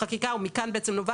אלא אם כן אנחנו מאמצים הגדרה